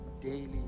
daily